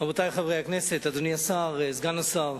רבותי חברי הכנסת, אדוני השר, סגן השר,